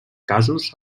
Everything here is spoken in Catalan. casos